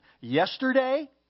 yesterday